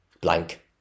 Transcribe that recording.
blank